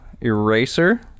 eraser